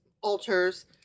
altars